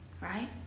right